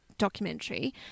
documentary